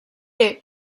est